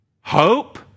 Hope